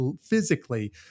physically